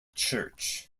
church